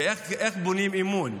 ואיך בונים אמון?